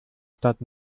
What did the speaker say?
stadt